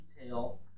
detail